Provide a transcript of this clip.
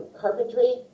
carpentry